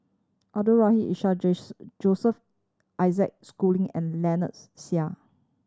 Abdul Rahim Ishak Joseph Isaac Schooling and Lynnette Seah